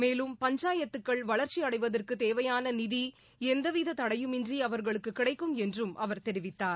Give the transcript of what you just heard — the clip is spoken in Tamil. மேலும் பஞ்சாயத்துக்கள் வளர்ச்சி அடைவதற்கு தேவையான நிதி எந்தவித தடையுமின்றி அவர்களுக்கு கிடைக்கும் என்றும் அவர் தெரிவித்தார்